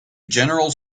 general